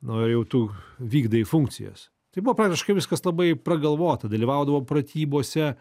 na ir jau tu vykdai funkcijas tai buvo praktiškai viskas labai pragalvota dalyvaudavo pratybose